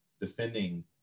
defending